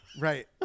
Right